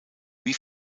wie